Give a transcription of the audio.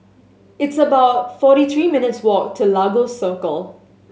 it's about forty three minutes' walk to Lagos Circle